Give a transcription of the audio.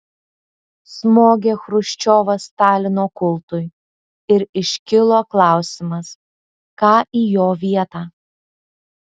smogė chruščiovas stalino kultui ir iškilo klausimas ką į jo vietą